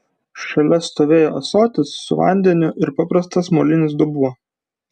šalia stovėjo ąsotis su vandeniu ir paprastas molinis dubuo